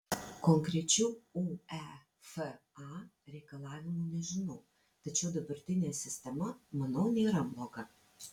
konkrečių uefa reikalavimų nežinau tačiau dabartinė sistema manau nėra bloga